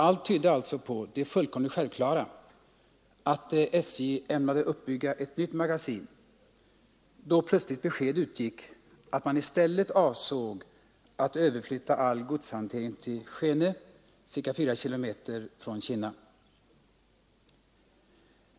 Allt tydde alltså på det som ansågs fullkomligt självklart, nämligen att SJ ämnade uppbygga ett nytt magasin, då plötsligt besked utgick att man i stället avsåg att överflytta all godshantering till Skene, ca 4 km från Kinna.